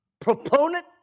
proponent